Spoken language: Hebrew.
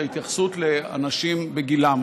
ההתייחסות לאנשים בשל גילם.